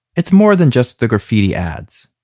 it's more than just the graffiti ads.